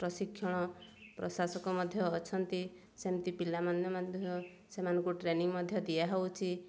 ପ୍ରଶିକ୍ଷଣ ପ୍ରଶାସକ ମଧ୍ୟ ଅଛନ୍ତି ସେମିତି ପିଲାମାନେ ମଧ୍ୟ ସେମାନଙ୍କୁ ଟ୍ରେନିଂ ମଧ୍ୟ ଦିଆହେଉଛି